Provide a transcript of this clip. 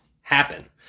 happen